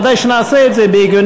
ודאי שנעשה את זה הגיוני,